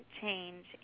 change